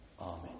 Amen